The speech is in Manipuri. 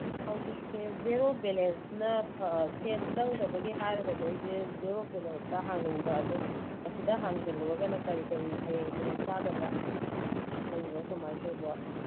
ꯍꯧꯖꯤꯛꯁꯦ ꯖꯦꯔꯣ ꯕꯦꯂꯦꯟꯁꯅ ꯁꯦꯟ ꯆꯪꯗꯕꯒꯤ ꯍꯥꯏꯔꯒꯗꯤ ꯑꯩꯁꯦ ꯖꯦꯔꯣ ꯕꯦꯂꯦꯟꯁꯇ ꯍꯥꯡꯅꯤꯡꯕ ꯑꯗꯨ ꯑꯁꯤꯗ ꯍꯥꯡꯖꯜꯂꯨꯔꯒꯅ ꯀꯔꯤ ꯀꯔꯤ ꯍꯌꯦꯡ ꯈꯨꯗꯣꯡꯆꯥꯗꯕ ꯂꯩꯕ ꯀꯔꯃꯥꯏꯅ ꯇꯧꯕ